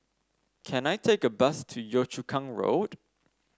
can I take a bus to Yio Chu Kang Road